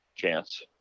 chance